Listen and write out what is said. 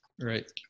right